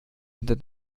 hinter